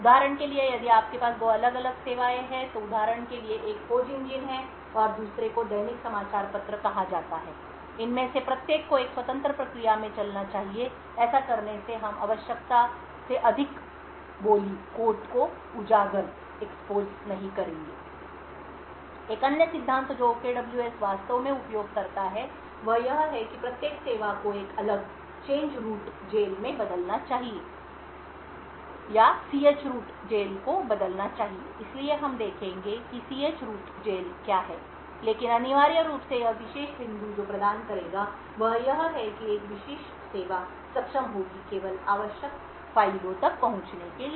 उदाहरण के लिए यदि आपके पास दो अलग अलग सेवाएं हैं तो उदाहरण के लिए एक खोज इंजन है और दूसरे को दैनिक समाचार पत्र कहा जाता है इनमें से प्रत्येक को एक स्वतंत्र प्रक्रिया में चलना चाहिए ऐसा करने से हम आवश्यकता से अधिक बोली को उजागर नहीं करेंगे एक अन्य सिद्धांत जो OKWS वास्तव में उपयोग करता है वह यह है कि प्रत्येक सेवा को एक अलग ch root जेल में बदलना चाहिए या change रूट जेल को बदलना चाहिए इसलिए हम देखेंगे कि ch root जेल क्या है लेकिन अनिवार्य रूप से यह विशेष बिंदु जो प्रदान करेगा वह यह है कि एक विशेष सेवा सक्षम होगी केवल आवश्यक फ़ाइलों तक पहुँचने के लिए